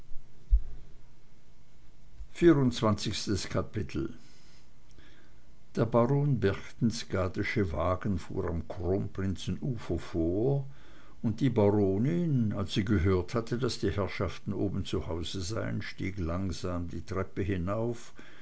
vierundzwanzigstes kapitel der baron berchtesgadensche wagen fuhr am kronprinzenufer vor und die baronin als sie gehört hatte daß die herrschaften oben zu hause seien stieg langsam die treppe hinauf